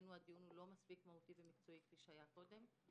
בעינינו הדיון לא מספיק מהותי ומקצועי כפי שהיה קודם.